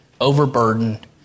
overburdened